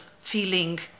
feeling